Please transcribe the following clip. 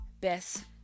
best